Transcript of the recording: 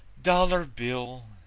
dollar bill,